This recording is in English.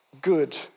good